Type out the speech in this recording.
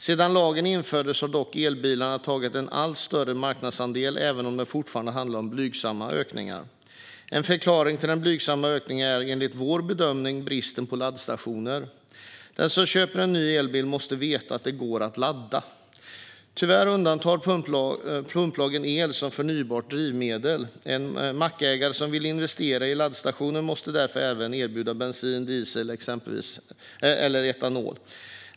Sedan lagen infördes har dock elbilarna tagit en allt större marknadsandel, även om det fortfarande handlar om en blygsam ökning. En förklaring till den blygsamma ökningen är enligt vår bedömning bristen på laddstationer. Den som köper en ny elbil måste veta att den går att ladda. Tyvärr undantar pumplagen el som förnybart drivmedel. En mackägare som vill investera i laddstationer måste därför även erbjuda bensin, diesel och exempelvis etanol.